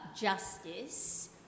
justice